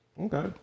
Okay